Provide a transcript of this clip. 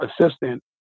assistant